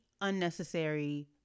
unnecessary